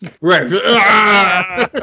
Right